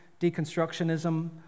deconstructionism